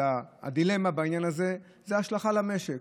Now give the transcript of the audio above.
הדילמה בעניין הזה זה היא ההשלכה על המשק,